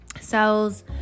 Cells